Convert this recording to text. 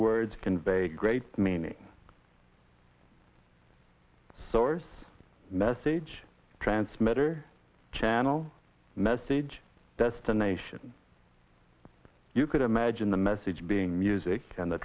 words convey great meaning sowers message transmitter channel message destination you could imagine the message being music and the